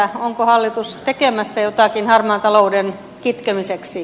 onko hallitus tekemässä jotakin harmaan talouden kitkemiseksi